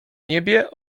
niebie